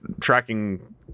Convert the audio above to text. tracking